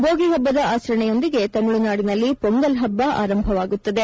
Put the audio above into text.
bogie ಹಬ್ಬದ ಆಚರಣೆಯೊಂದಿಗೆ ತಮಿಳುನಾಡಿನಲ್ಲಿ ಪೊಂಗಲ್ ಹಬ್ಬ ಆರಂಭವಾಗುತ್ತದೆ